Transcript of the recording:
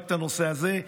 רק את הנושא הזה.